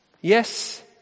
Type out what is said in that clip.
Yes